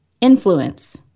influence